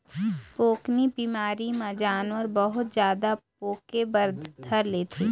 पोकनी बिमारी म जानवर बहुत जादा पोके बर धर लेथे